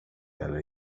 eller